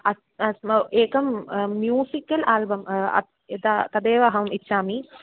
अस् अस्माकं musical album तदेव अहम् इच्छामि